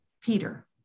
Peter